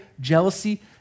jealousy